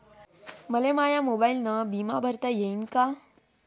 मले माया मोबाईलनं बिमा भरता येईन का?